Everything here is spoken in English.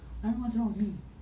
I don't know what's wrong with me